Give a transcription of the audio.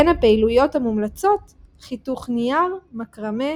בין הפעילויות המומלצות, חיתוך נייר, מקרמה,